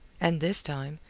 and this time,